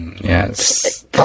Yes